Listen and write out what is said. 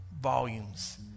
volumes